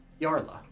Yarla